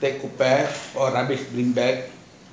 take good bath or bath